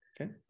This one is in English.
okay